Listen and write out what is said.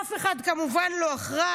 אף אחד כמובן לא אחראי.